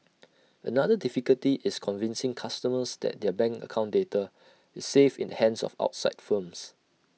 another difficulty is convincing customers that their bank account data is safe in the hands of outside firms